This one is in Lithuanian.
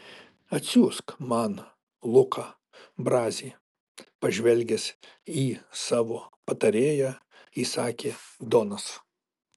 atsiųsk man luką brazį pažvelgęs į savo patarėją įsakė donas